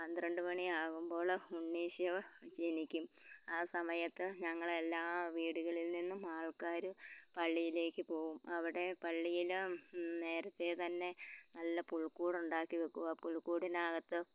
പന്ത്രണ്ട് മണിയാകുമ്പൾ ഉണ്ണീശോ ജനിക്കും ആ സമയത്ത് ഞങ്ങളെല്ലാ വീടുകളിൽ നിന്നും ആൾക്കാര് പള്ളിയിലേക്ക് പോവും അവിടെ പള്ളിയിൽ നേരത്തെ തന്നെ നല്ല പുൽക്കൂടുണ്ടാക്കി വയ്ക്കും ആ പുൽക്കൂടിനകത്ത്